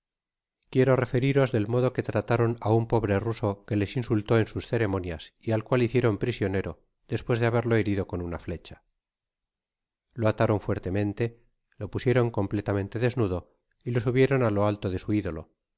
quiero referiros del modo que trataron á un pobre ruso que les insultó en sus ceremonias y al cual hicieron prisionero despues de haberlo herido con una flecha lo ataron fuertemente lo pusieron completamente desnudo y lo subieron á lo alto de su idolo